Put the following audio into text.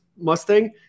Mustang